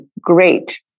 great